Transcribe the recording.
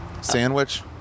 sandwich